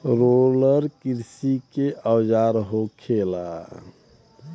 roller किरसी के औजार होखेला